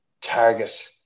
target